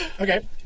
Okay